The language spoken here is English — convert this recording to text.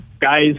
guys